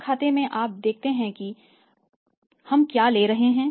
इस खाते में आप देखते हैं कि हम क्या ले रहे हैं